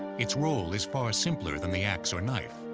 its role is far simpler than the axe or knife,